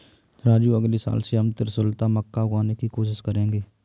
राजू अगले साल से हम त्रिशुलता मक्का उगाने की कोशिश करेंगे